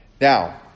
Now